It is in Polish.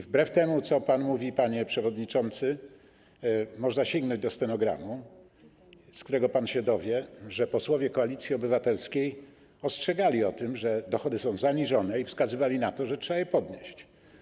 Wbrew temu, co pan mówi, panie przewodniczący, można sięgnąć do stenogramu, z którego pan się dowie, że posłowie Koalicji Obywatelskiej ostrzegali, że dochody są zaniżone i wskazywali na to, że trzeba je podnieść.